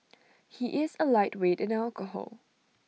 he is A lightweight in alcohol